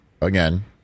Again